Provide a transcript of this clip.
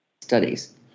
Studies